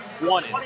wanted